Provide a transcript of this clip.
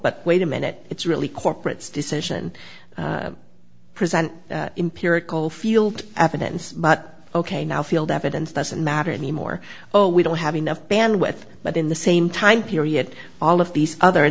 but wait a minute it's really corporates decision present impurity coalfield evidence but ok now field evidence doesn't matter anymore oh we don't have enough bandwidth but in the same time period all of these other